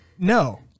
No